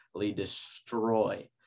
destroy